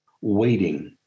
waiting